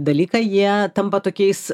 dalyką jie tampa tokiais